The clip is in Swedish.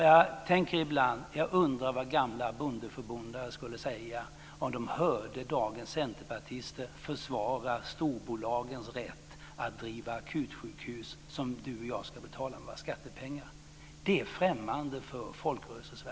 Jag tänker ibland på de gamla bondeförbundarna och undrar vad de skulle säga om de hörde dagens centerpartister försvara storbolagens rätt att driva akutsjukhus som du och jag ska betala med våra skattepengar. Det är främmande för Folkrörelse